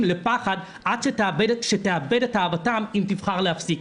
לפחד עז שתאבד את אהבתם אם תבחר להפסיק.